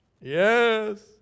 Yes